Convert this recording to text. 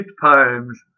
poems